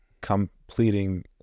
completing